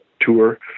tour